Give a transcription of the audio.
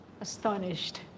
astonished